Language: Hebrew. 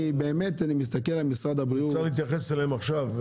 אני באמת מסתכל על משרד הבריאות --- צריך להתייחס אליהן עכשיו.